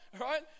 right